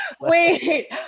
Wait